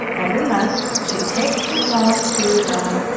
every month she takes her dog to the